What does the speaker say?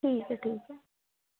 ठीक ऐ ठीक ऐ